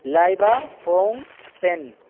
Laiba foam pain